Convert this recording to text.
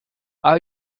our